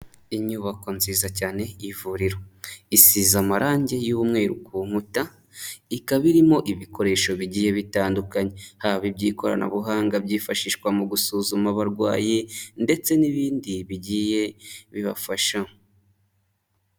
Inyubako nziza cyane y'ivuriro isize amarangi y'umweru ku nkuta ikaba irimo ibikoresho bigiye bitandukanye, haba iby'ikoranabuhanga byifashishwa mu gusuzuma abarwayi ndetse n'ibindi bigiye bibafasha.